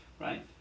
right